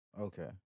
Okay